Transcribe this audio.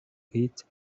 eat